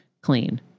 clean